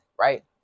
right